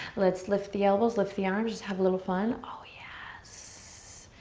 let's lift the elbows, lift the arms, just have a little fun. oh, yes.